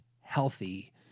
healthy